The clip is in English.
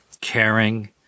caring